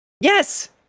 Yes